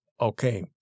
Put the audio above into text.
Okay